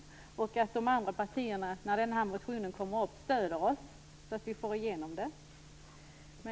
Jag hoppas också att de andra partierna stöder oss när den här motionen kommer upp så att vi får igenom den.